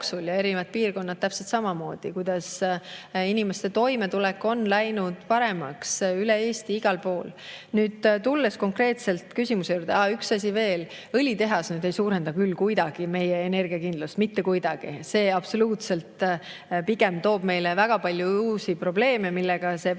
Ja erinevad piirkonnad täpselt samamoodi. Inimeste toimetulek on läinud paremaks üle Eesti igal pool. Nüüd tulles konkreetselt küsimuse juurde … Aa, üks asi veel. Õlitehas nüüd ei suurenda küll kuidagi meie energiakindlust, mitte kuidagi. See toob pigem meile väga palju uusi probleeme, millega praegune